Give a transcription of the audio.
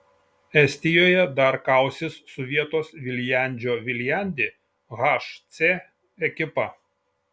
estijoje dar kausis su vietos viljandžio viljandi hc ekipa